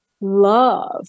love